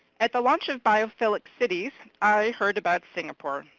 at the launch of biophilic cities, i heard about singapore.